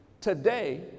Today